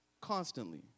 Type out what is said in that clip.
Constantly